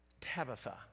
Tabitha